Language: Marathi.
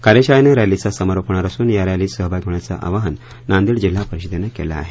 कार्यशाळेनं रॅलीचा समारोप होणार असून या रॅलीत सहभागी होण्याचं आवाहन नांदेड जिल्हा परिषदेनं केलं आहे